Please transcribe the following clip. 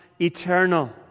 eternal